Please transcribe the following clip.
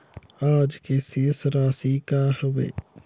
आज के शेष राशि का हवे?